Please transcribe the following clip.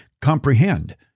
comprehend